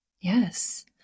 Yes